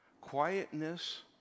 Quietness